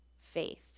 faith